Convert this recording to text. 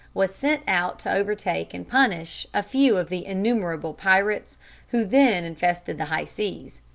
was sent out to overtake and punish a few of the innumerable pirates who then infested the high seas.